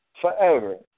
forever